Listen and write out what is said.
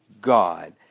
God